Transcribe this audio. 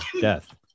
death